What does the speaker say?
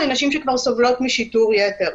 לנשים שכבר סובלות משיטור יתר.